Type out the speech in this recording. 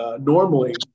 normally